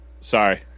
sorry